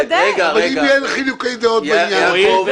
אבל אם יהיו חילוקי דעות בעניין הזה?